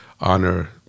honor